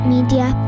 Media